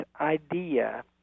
idea